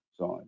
side